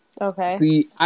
Okay